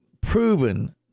proven